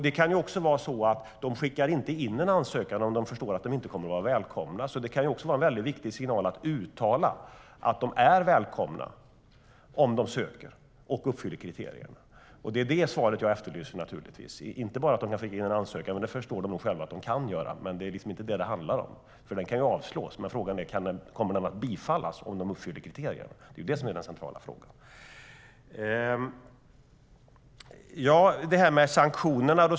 Det kan också vara så att Ukraina inte skickar in en ansökan om man förstår att man inte kommer att vara välkommen. Det kan också vara en viktig signal att uttala att Ukraina är välkommet om landet söker medlemskap och uppfyller kriterierna. Det är naturligtvis det svaret jag efterlyser, inte bara att landet kan skicka in en ansökan - det förstår Ukraina, men det är inte vad det handlar om. Ansökan kan avslås, men frågan är om den kommer att bifallas om landet uppfyller kriterierna. Det är den centrala frågan. Sedan var det frågan om sanktionerna.